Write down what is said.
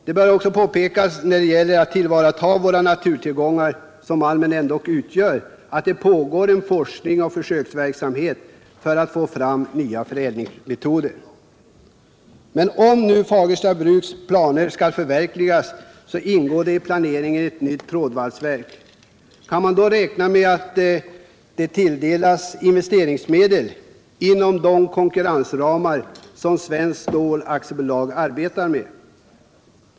Det bör också påpekas när det gäller att tillvarata våra naturtillgångar — malmen är ju en sådan — att det pågår forskning och en försöksverksamhet för att få fram nya förädlingsmetoder. Om Fagersta bruks planer skall förverkligas tillkommer ett nytt trådvalsverk. Kan man räkna med att det tilldelas investeringsmedel inom de konkurrensramar som Svenskt Stål AB arbetar med?